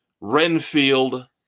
renfield